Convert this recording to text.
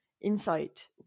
insight